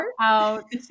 out